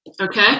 Okay